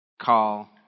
call